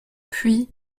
puis